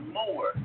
more